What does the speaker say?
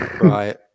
Right